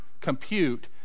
compute